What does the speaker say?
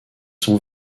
sont